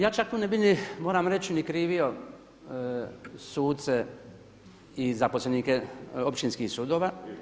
Ja čak tu ne bi ni, moram reći, ni krivio suce i zaposlenike općinskih sudova.